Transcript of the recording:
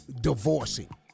divorcing